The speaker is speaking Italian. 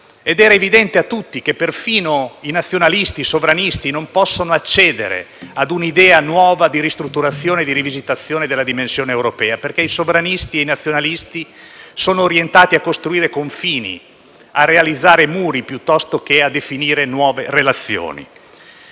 Era evidente a tutti che perfino i nazionalisti e i sovranisti non possono accedere a un'idea nuova di ristrutturazione e di rivisitazione della dimensione europea, perché i sovranisti e i nazionalisti sono orientati a costruire confini, a realizzare muri piuttosto che a costruire nuove relazioni.